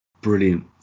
Brilliant